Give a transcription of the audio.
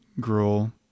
girl